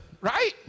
right